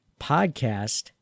podcast